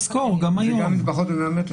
גם אם השטח הוא פחות מ-100 מטרים.